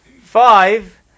Five